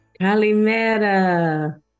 Calimera